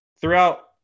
throughout